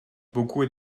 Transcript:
beaucoup